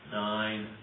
nine